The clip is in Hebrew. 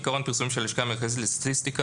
כעיקרון פרסום של הלשכה המרכזית לסטטיסטיקה,